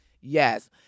Yes